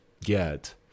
get